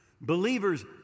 Believers